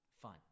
fun